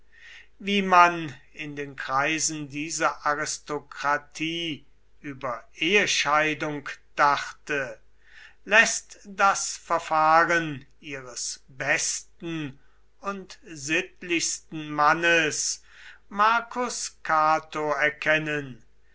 wie man in den kreisen dieser aristokratie über ehescheidung dachte läßt das verfahren ihres besten und sittlichsten mannes marcus cato erkennen